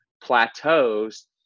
plateaus